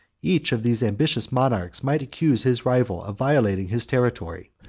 each of these ambitious monarchs might accuse his rival of violating his territory,